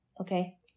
Okay